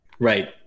Right